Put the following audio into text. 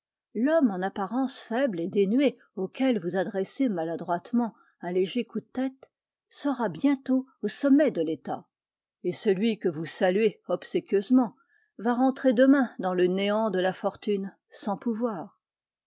l'homme en apparence faible et dénué auquel vous adressez maladroitement un léger coup de tête sera bientôt au sommet de l'état et celui que vous saluez obséquieusement va rentrer demain dans le néant de la fortune sans pouvoir